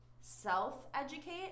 self-educate